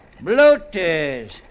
Bloaters